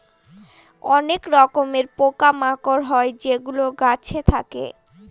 অনেক রকমের পোকা মাকড় হয় যেগুলো গাছে থাকে